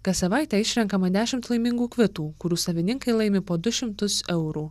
kas savaitę išrenkama dešimt laimingų kvitų kurių savininkai laimi po du šimtus eurų